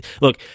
Look